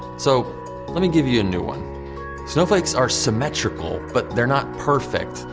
so let me give you you a new one snowflakes are symmetrical, but they're not perfect.